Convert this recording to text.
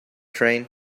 train